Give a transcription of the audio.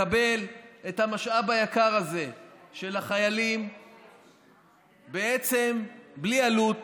לקבל את המשאב היקר הזה של החיילים בעצם בלי עלות